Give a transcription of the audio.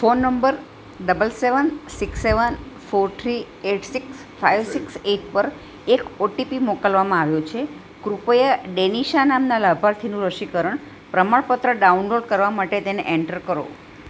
phone number double seven six seven four three eight six five six એક પર એક OTP મોકલવામાં આવ્યો છે કૃપયા ડેનિશા નામનાં લાભાર્થીનું રસીકરણ પ્રમાણપત્ર ડાઉનલોડ કરવા માટે તેને એન્ટર કરો